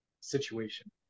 situation